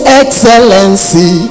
excellency